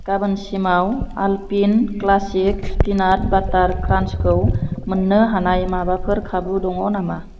गाबोनसिमाव alpine classic पिनाट बाटार क्रान्सखौ मोननो हानाय माबाफोर खाबु दङ नामा